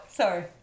Sorry